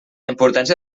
importància